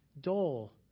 dull